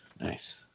Nice